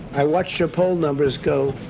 i watched her poll numbers go,